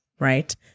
Right